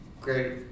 great